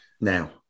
now